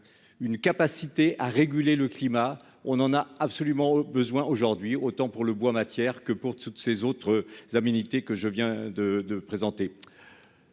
une capacité à réguler le climat, on en a absolument besoin aujourd'hui autant pour le bois matière que pour toutes ces autres que je viens de de présenter.